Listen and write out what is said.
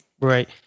Right